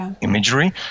imagery